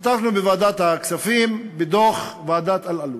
השתתפנו בוועדת הכספים בדיון על דוח ועדת אלאלוף.